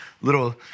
little